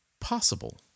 possible